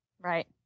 Right